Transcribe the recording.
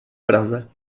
praze